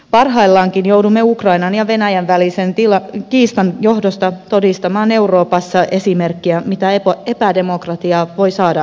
parhaillaankin joudumme ukrainan ja venäjän välisen kiistan johdosta todistamaan euroopassa esimerkkiä siitä mitä epädemokratia voi saada aikaiseksi